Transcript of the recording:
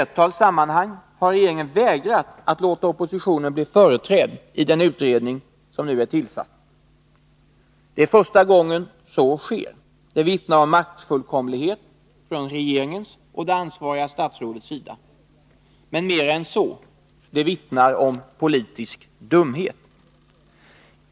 Nr 107 sammanhang har regeringen vägrat att låta oppositionen bli företrädd i den Torsdagen den utredning som nu är tillsatt. 24 mars 1983 Det är första gången så sker. Det vittnar om maktfullkomlighet från regeringens och det ansvariga statsrådets sida. Men mera än så — det vittnar om politisk dumhet.